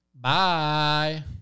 Bye